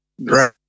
right